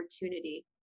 opportunity